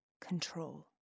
control